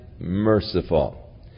merciful